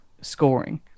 scoring